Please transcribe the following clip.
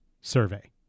survey